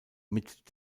mit